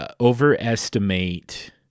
overestimate